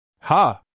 Ha